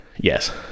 yes